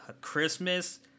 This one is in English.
Christmas